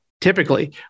typically